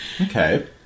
Okay